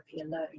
alone